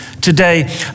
today